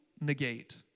negate